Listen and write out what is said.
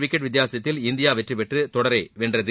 wicket வித்தியாசத்தில் India வெற்றி பெற்று தொடரை வென்றது